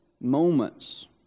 moments